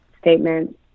statement